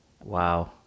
Wow